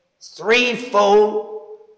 threefold